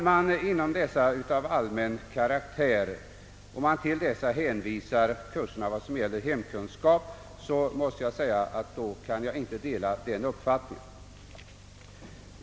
Hänförs kurserna i hemkunskap till »kurser av allmän karaktär» måste jag säga att jag inte kan acceptera denna uppfattning.